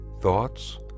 thoughts